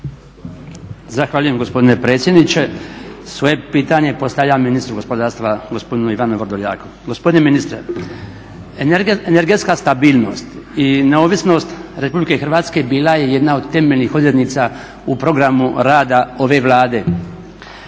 Zahvaljujem gospodine predsjedniče. Svoje pitanje postavljam ministru gospodarstva gospodinu Ivanu Vrdoljaku. Gospodine ministre energetska stabilnost i neovisnost RH bila je jedna od temeljnih odrednica u programu rada ove Vlade.